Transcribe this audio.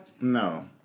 No